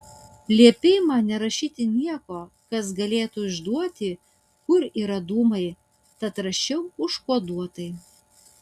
liepei man nerašyti nieko kas galėtų išduoti kur yra dūmai tad rašiau užkoduotai